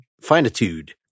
finitude